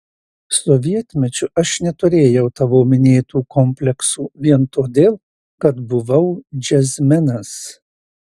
sovietmečiu aš neturėjau tavo minėtų kompleksų vien todėl kad buvau džiazmenas